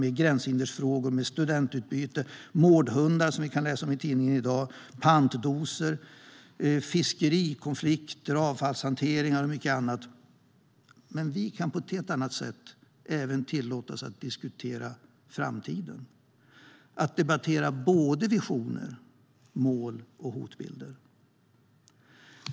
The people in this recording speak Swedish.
Det är gränshinderfrågor, studentutbyte, mårdhundar, som vi kan läsa om i tidningen i dag, pantdoser, fiskerikonflikter, avfallshantering och mycket annat. Men vi kan på ett helt annat sätt även tillåtas att diskutera framtiden och debattera både visioner och mål och hotbilder.